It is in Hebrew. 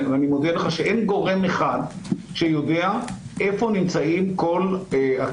ואני מודיע לך שאין גורם אחד שיודע איפה נמצאות הקהילות,